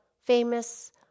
famous